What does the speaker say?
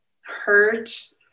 hurt